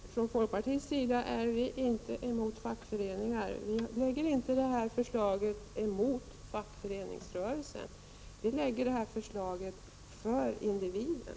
Herr talman! Från folkpartiets sida är vi inte emot fackföreningar. Vi riktar inte detta förslag mot fackföreningsrörelsen, utan framlägger det för individen.